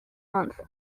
month